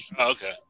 Okay